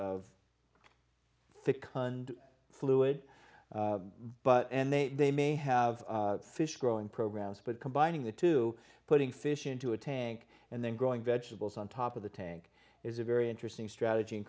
ficon fluid but and they they may have fish growing programs but combining the two putting fish into a tank and then growing vegetables on top of the tank is a very interesting strategy in